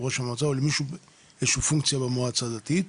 ראש המועצה או לאיזושהי פונקציה במועצה הדתית.